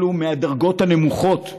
אלו מהדרגות הנמוכות,